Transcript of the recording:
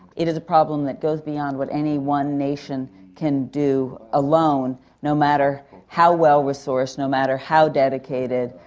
it is a problem that goes beyond what any one nation can do alone, no matter how well resourced, no matter how dedicated.